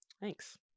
thanks